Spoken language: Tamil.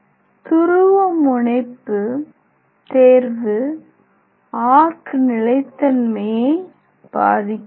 துருவமுனைப்பு தேர்வு ஆர்க் நிலைத்தன்மையை பாதிக்கிறது